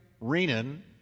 Renan